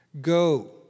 Go